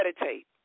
meditate